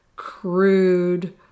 crude